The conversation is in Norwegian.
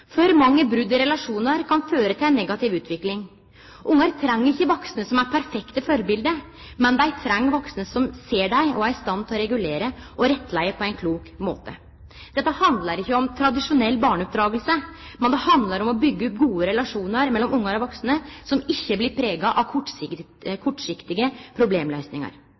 For mange brot i relasjonar kan føre til ei negativ utvikling. Barn treng ikkje vaksne som er perfekte førebilete, men dei treng vaksne som ser dei, og som er i stand til å regulere og rettleie på ein klok måte. Dette handlar ikkje om tradisjonell barneoppdraging, men det handlar om å byggje gode relasjonar mellom barn og vaksne som ikkje blir prega av kortsiktige problemløysingar.